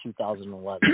2011